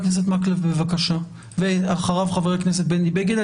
מקלב, בבקשה, ואחריו חבר הכנסת בני בגין.